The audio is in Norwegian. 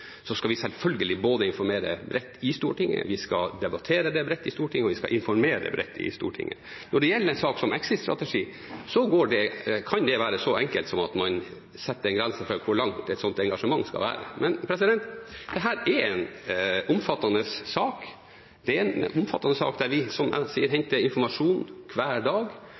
Så skal vi selvfølgelig informere bredt i Stortinget: Vi skal både debattere bredt i Stortinget og informere bredt i Stortinget. Når det gjelder en sak som exit-strategi, kan det være så enkelt som at man setter en grense for hvor lenge et slikt engasjement skal vare. Men dette er en omfattende sak: Det er en omfattende sak der vi, som jeg sier, henter informasjon hver dag.